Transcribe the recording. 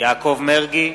יעקב מרגי,